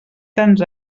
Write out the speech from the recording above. tants